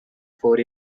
four